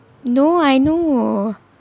no I know